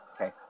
Okay